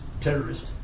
terrorist